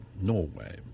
Norway